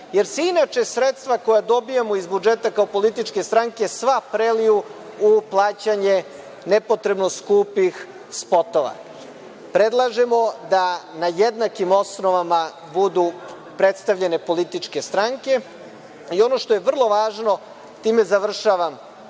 jer se inače sredstva koja dobijamo iz budžeta kao političke stranke, sva preliju u plaćanje nepotrebno skupih spotova. Predlažemo da na jednakim osnovama budu predstavljene političke stranke i ono što je vrlo važno, time završavam,